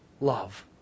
love